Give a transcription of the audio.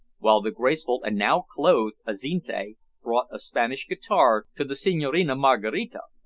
while the graceful, and now clothed, azinte brought a spanish guitar to the senhorina maraquita,